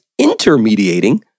intermediating